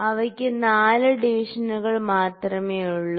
അവക്ക് 4 ഡിവിഷനുകൾ മാത്രമേയുള്ളൂ